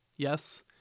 Yes